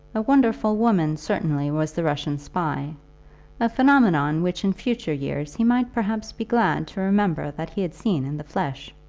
a wonderful woman certainly was the russian spy a phenomenon which in future years he might perhaps be glad to remember that he had seen in the flesh.